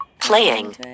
playing